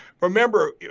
Remember